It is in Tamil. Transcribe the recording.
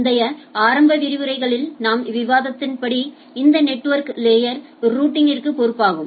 முந்தைய ஆரம்ப பாடங்களில் களில் நாம் விவாதித்தபடி இந்த நெட்வொர்க் லேயர் ரூட்டிங்ற்கு பொறுப்பாகும்